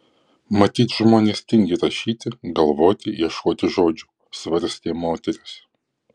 matyt žmonės tingi rašyti galvoti ieškoti žodžių svarstė moteris